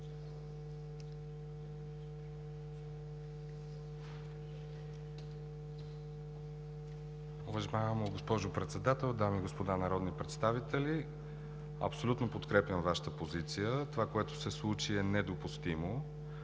Уважаема госпожо Председател, дами и господа народни представители! Абсолютно подкрепям Вашата позиция. Това, което се случи, е недопустимо.